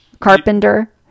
Carpenter